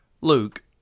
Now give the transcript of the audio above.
Luke